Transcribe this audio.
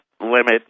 limit